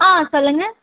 ஆ சொல்லுங்க